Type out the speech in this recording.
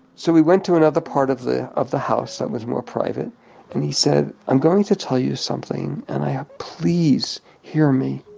so we went to another part of of the house that was more private and he said i'm going to tell you something and please hear me,